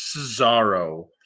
Cesaro